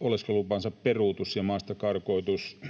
oleskelulupansa peruutusta ja maastakarkotusta,